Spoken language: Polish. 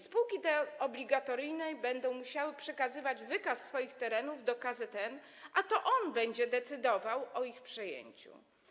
Spółki te obligatoryjnie będą musiały przekazywać wykaz swoich terenów do KZN, a to on będzie decydował o ich przejęciu.